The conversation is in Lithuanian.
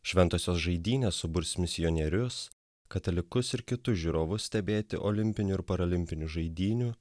šventosios žaidynės suburs misionierius katalikus ir kitus žiūrovus stebėti olimpinių ir paralimpinių žaidynių